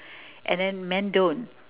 and then men don't